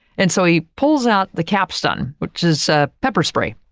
and so, he pulls out the capstan which is ah pepper spray.